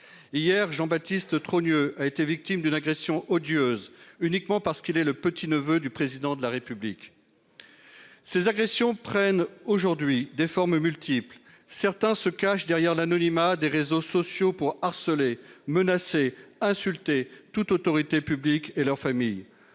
Hier, Jean-Baptiste Trogneux a été victime d'une agression odieuse uniquement parce qu'il est le petit neveu du président de la République. Ces agressions prennent aujourd'hui des formes multiples, certains se cachent derrière l'anonymat des réseaux sociaux pour harceler menacer insulter toute autorité publique et leurs familles.